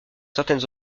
certaines